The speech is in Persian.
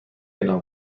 اعلام